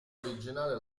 originale